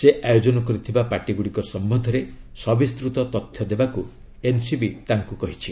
ସେ ଆୟୋଜନ କରିଥିବା ପାର୍ଟି ଗୁଡ଼ିକ ସମ୍ୟନ୍ଧରେ ସବିସ୍ତୃତ ତଥ୍ୟ ଦେବାକୁ ଏନ୍ସିବି ତାଙ୍କୁ କହିଛି